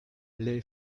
les